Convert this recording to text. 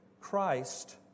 Christ